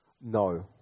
No